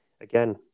Again